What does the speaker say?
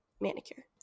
manicure